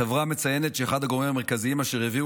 החברה מציינת שאחד הגורמים המרכזיים אשר הביאו